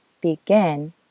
Begin